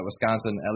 Wisconsin